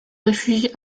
réfugie